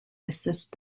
assist